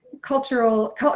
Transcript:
cultural